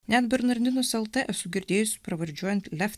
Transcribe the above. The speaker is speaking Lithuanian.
net bernardinus lt esu girdėjusi pravardžiuojant left